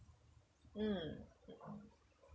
mm